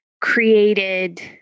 created